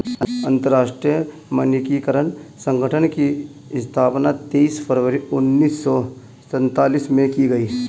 अंतरराष्ट्रीय मानकीकरण संगठन की स्थापना तेईस फरवरी उन्नीस सौ सेंतालीस में की गई